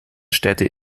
städte